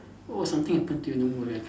oh something happen to you no mood right